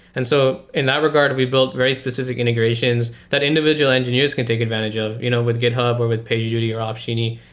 and so in that regard, we re built very specific integrations that individual engineers can take advantage of you know with github or with pagerduty or opsgenie.